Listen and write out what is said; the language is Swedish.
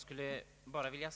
Herr talman!